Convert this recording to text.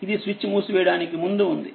ఇదిస్విచ్ మూసివేయడానికి ముందు ఉంది